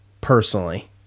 personally